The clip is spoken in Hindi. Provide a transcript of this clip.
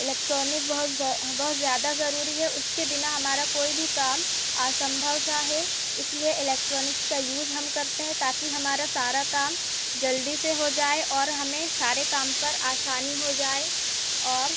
इलेक्ट्रॉनिक बहुत बहुत ज़्यादा ज़रूरी है उसके बिना हमारा कोई भी काम असंभव सा है इसलिए इलेक्ट्रॉनिक्स का यूज़ हम करते हैं ताकि हमारा सारा काम जल्दी से हो जाए और हमें सारे काम पर आसानी हो जाए और